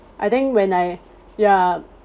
I think when I ya